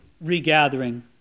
regathering